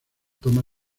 toma